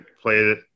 played